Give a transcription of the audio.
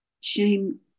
shame